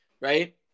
right